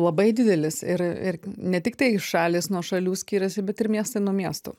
labai didelis ir ir ne tiktai šalys nuo šalių skiriasi bet ir miestai nuo miestų